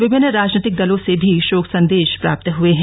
विभिन्न राजनीतिक दलों से भी शोक संदेश प्राप्त हुए हैं